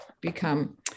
become